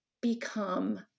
become